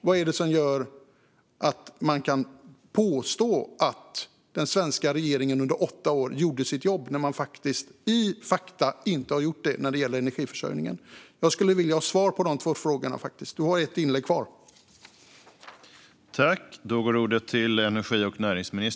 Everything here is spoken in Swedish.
Vad är det som gör att man kan påstå att den svenska regeringen under åtta år gjorde sitt jobb när den de facto inte gjorde det när det gäller energiförsörjningen? Jag skulle vilja ha svar på dessa två frågor. Du har ett inlägg kvar, Joakim Sandell.